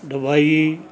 Dubai